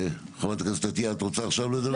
חברת הכנסת אתי, את רוצה עכשיו לדבר?